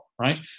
right